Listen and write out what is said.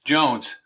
Jones